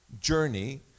journey